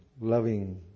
loving